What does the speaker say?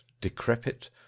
decrepit